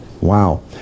Wow